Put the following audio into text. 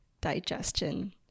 digestion